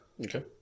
Okay